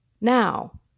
Now